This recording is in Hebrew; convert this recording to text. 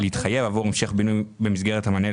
אני אשמח להתייחס לשאלה לגבי העברת העודפים.